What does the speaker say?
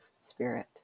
spirit